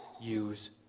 use